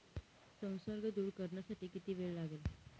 संसर्ग दूर करण्यासाठी किती वेळ लागेल?